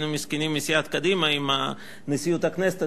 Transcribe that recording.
המסכנים מסיעת קדימה אם נשיאות הכנסת,